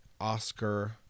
Oscar